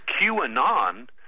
QAnon